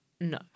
No